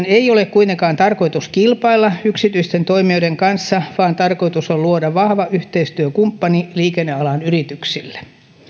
ei ole kuitenkaan tarkoitus kilpailla yksityisten toimijoiden kanssa vaan tarkoitus on luoda vahva yhteistyökumppani liikenne alan yrityksille